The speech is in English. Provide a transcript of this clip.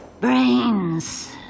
Brains